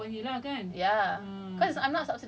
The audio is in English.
you have to pay eight K of money okay